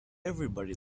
everybody